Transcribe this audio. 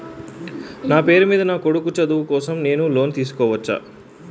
నా పేరు మీద నా కొడుకు చదువు కోసం నేను లోన్ తీసుకోవచ్చా?